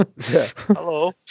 hello